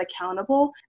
accountable